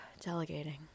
Delegating